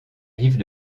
rives